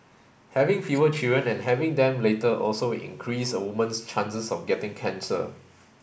having fewer children and having them later also increase a woman's chances of getting cancer